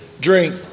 drink